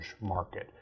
market